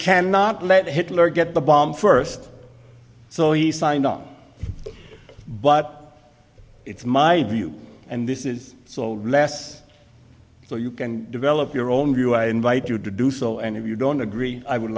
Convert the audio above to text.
cannot let hitler get the bomb first so he signed on but it's my view and this is so less so you can develop your own view i invite you to do so and if you don't agree i would